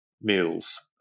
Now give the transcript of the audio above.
meals